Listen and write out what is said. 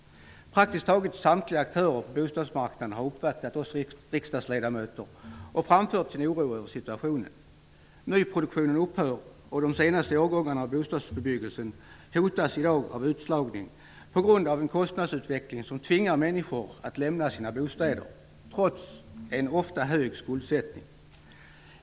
Praktiskt taget samtliga aktörer på bostadsmarknaden har uppvaktat oss riksdagsledamöter och framfört sin oro över situationen. Nyproduktionen upphör, och de senaste årgångarna av bostadsbebyggelsen hotas i dag av utslagning på grund av en kostnadsutveckling som tvingar människor att lämna sina bostäder, trots en ofta hög skuldsättning.